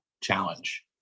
challenge